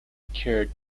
cured